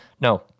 no